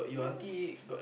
yeah